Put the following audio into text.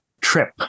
trip